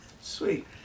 sweet